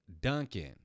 Duncan